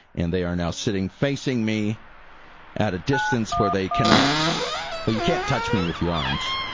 and they are now sitting facing me at a distance where they cannot well, you can't touch me with your arms,